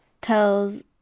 tells